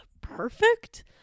perfect